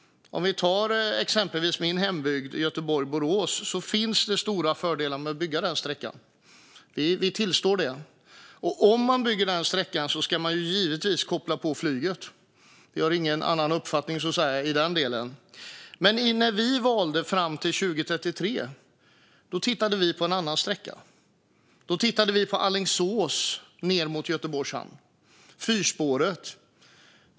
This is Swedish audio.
Ta min egen hembygd som exempel. Det finns stora fördelar med att bygga sträckan Göteborg-Borås. Vi tillstår det. Om man bygger den sträckan ska man givetvis koppla på flyget. Vi har ingen annan uppfattning i den delen. Men för tiden fram till 2033 tittade vi på en annan sträcka. Då tittade vi på sträckan från Alingsås ned mot Göteborgs hamn, fyrspåret.